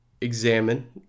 examine